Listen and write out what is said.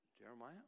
Jeremiah